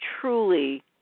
truly